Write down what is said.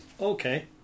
Okay